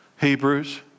Hebrews